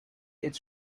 its